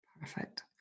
perfect